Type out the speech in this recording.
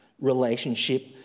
relationship